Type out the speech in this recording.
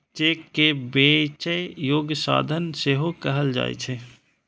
cheque कें बेचै योग्य साधन सेहो कहल जाइ छै